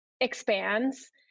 expands